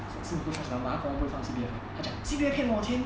si ming 不 trust hor 麻烦又不放 C_P_F ah 她讲 C_P_F 骗我钱